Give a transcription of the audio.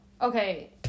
Okay